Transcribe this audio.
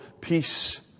peace